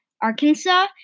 Arkansas